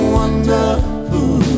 wonderful